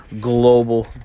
global